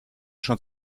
schon